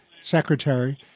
Secretary